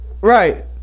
Right